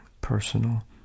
personal